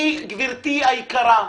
גברתי היקרה,